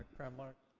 prem ah